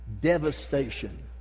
devastation